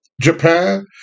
Japan